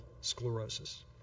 sclerosis